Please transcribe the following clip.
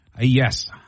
Yes